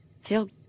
Feel